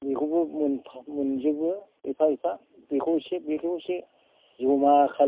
बेखौबो मोनजोबो एफा एफा बेखौ एसे बेखौ एसे जमा खालामो